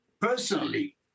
personally